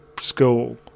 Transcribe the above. school